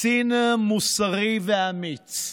קצין מוסרי ואמיץ,